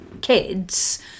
kids